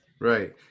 Right